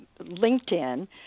LinkedIn